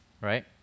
Right